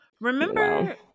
Remember